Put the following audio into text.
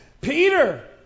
Peter